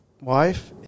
wife